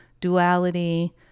duality